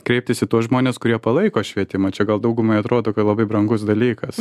kreiptis į tuos žmones kurie palaiko švietimą čia gal daugumai atrodo kad labai brangus dalykas